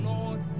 Lord